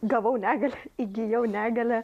gavau negalią įgijau negalią